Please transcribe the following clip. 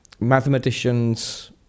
mathematicians